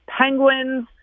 Penguins